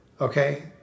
okay